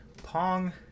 Pong